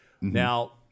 Now